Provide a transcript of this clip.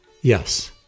Yes